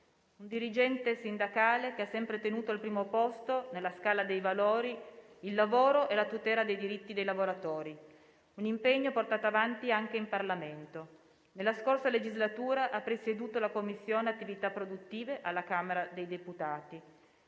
un dirigente sindacale che ha sempre tenuto al primo posto, nella scala dei valori, il lavoro e la tutela dei diritti dei lavoratori: un impegno portato avanti anche in Parlamento. Nella scorsa legislatura ha presieduto la Commissione attività produttive alla Camera dei deputati.